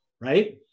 right